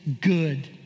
good